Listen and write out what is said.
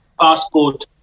passport